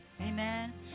Amen